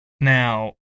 Now